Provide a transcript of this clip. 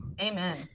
amen